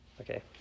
okay